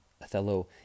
Othello